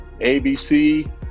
abc